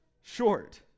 Short